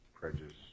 prejudice